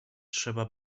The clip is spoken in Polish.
trzeba